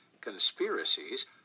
conspiracies